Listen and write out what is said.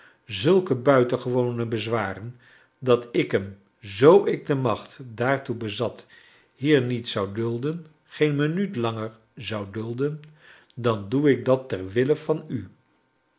zulke buitengewone bezwaren dat ik hem zoo ik de macht daarfcoe bezat hier niet zou dulden geen minuut langer zou dulden dan doe ik dat ter wille van u